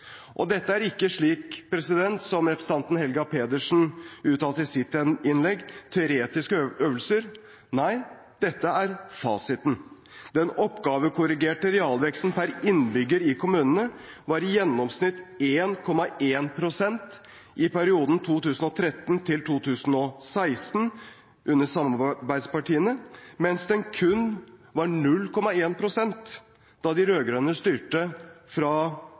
og dette er ikke teoretiske øvelser, som representanten Helga Pedersen uttalte i sitt innlegg. Nei, dette er fasiten. Den oppgavekorrigerte realveksten per innbygger i kommunene var i gjennomsnitt 1,1 pst. i årene 2013–2016, under samarbeidspartiene, mens den kun var 0,1 pst. da de rød-grønne styrte fra